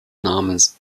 namens